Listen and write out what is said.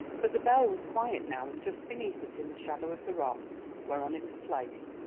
but the bell was quiet now, and just beneath it, in the shadow of the rock whereon it was placed,